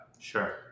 Sure